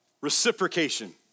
reciprocation